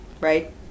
Right